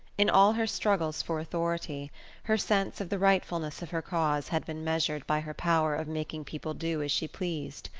in all her struggles for authority her sense of the rightfulness of her cause had been measured by her power of making people do as she pleased.